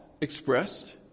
expressed